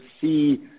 see